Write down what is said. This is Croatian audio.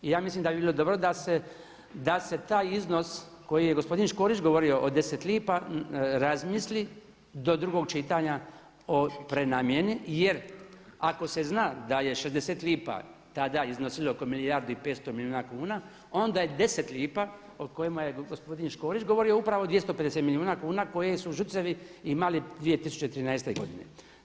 I ja mislim da bi bilo dobro da se taj iznos koji je gospodin Škorić govorio o 10 lipa razmisli do drugog čitanja o prenamjeni jer ako se zna da je 60 lipa tada iznosilo oko milijardu i 500 milijuna kuna onda je 10 lipa o kojima je gospodin Škorić govorio upravo 250 milijuna kuna koje su ŽUC-evi imali 2013. godine.